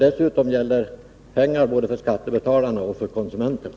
Dessutom gäller det pengar både för skattebetalarna och för konsumenterna.